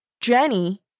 Jenny